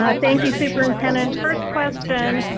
ah thank you, superintendent. first question.